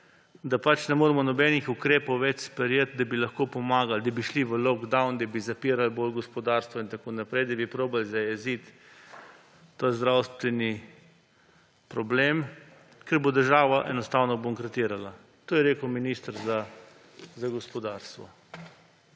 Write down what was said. da ne moremo nobenih ukrepov več sprejeti, da bi lahko pomagali, da bi šli v lockdown, da bi bolj zapirali gospodarstvo in tako naprej, da bi poskusili zajeziti ta zdravstveni problem, ker bo država enostavno bankrotirala. To je rekel minister za gospodarstvo,